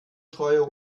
treuer